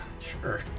Sure